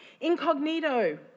Incognito